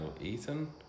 Ethan